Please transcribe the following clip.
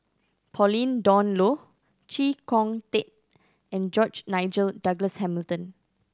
Pauline Dawn Loh Chee Kong Tet and George Nigel Douglas Hamilton